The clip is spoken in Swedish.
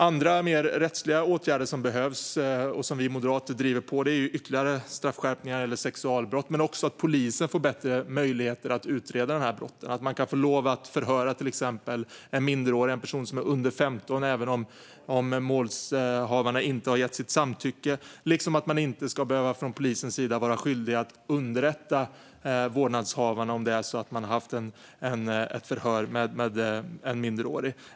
Andra och mer rättsliga åtgärder som behövs och som vi moderater driver på för är ytterligare straffskärpningar när det gäller sexualbrott men också att polisen får bättre möjligheter att utreda de här brotten, till exempel att man kan få lov att förhöra en minderårig, en person som är under 15 år, även om vårdnadshavarna inte gett sitt samtycke. Polisen ska inte heller vara skyldig att underrätta vårdnadshavarna om att man har haft ett förhör med en minderårig.